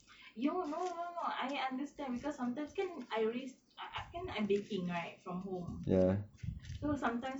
you no no no I understand because sometimes kan I risk I I baking right from home so sometimes